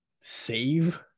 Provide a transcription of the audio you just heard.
save